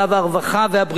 הרווחה והבריאות,